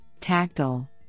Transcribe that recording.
tactile